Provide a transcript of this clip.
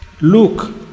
Look